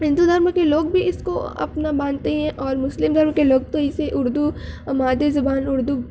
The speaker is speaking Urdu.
ہندو دھرم کے لوگ بھی اس کو اپنا مانتے ہیں اور مسلم دھرم کے لوگ تو اسے اردو مادری زبان اردو